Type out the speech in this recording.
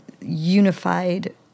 unified